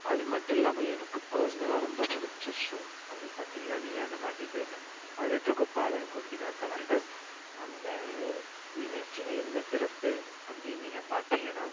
அது மட்டும் இல்லாமல் எனக்கு பர்ஸ்னலாக ரொம்ப பிடிச்ச ஷோ அப்படி பார்த்தீங்கன்னா நீயா நானா டிபேட் அதுடைய தொகுப்பாளர் கோபிநாத் அவர்கள் அந்த நிகழ்ச்சியில் என்ன சிறப்பு அப்படின்னு நீங்கள் பார்த்தீங்கன்னா